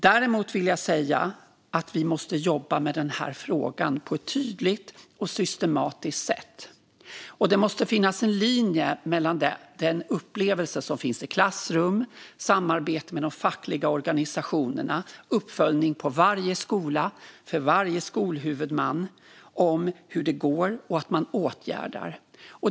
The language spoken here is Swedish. Däremot vill jag säga att vi måste jobba med denna fråga på ett tydligt och systematiskt sätt. Och det måste finnas en linje när det gäller den upplevelse som finns i klassrummet, samarbetet med de fackliga organisationerna och uppföljningen på varje skola och för varje skolhuvudman som handlar om hur det går och att man åtgärdar.